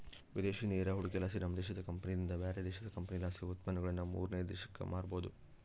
ವಿದೇಶಿ ನೇರ ಹೂಡಿಕೆಲಾಸಿ, ನಮ್ಮ ದೇಶದ ಕಂಪನಿಲಿಂದ ಬ್ಯಾರೆ ದೇಶದ ಕಂಪನಿಲಾಸಿ ಉತ್ಪನ್ನಗುಳನ್ನ ಮೂರನೇ ದೇಶಕ್ಕ ಮಾರಬೊದು